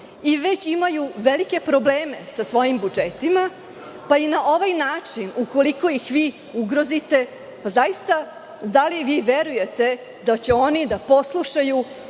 i već imaju velike probleme sa svojim budžetima, pa i na ovaj način, ukoliko ih vi ugrozite. Zaista, da li vi verujete da će oni da poslušaju